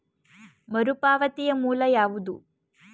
ಮರುಪಾವತಿಯ ಮೂಲ ಯಾವುದು?